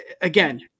again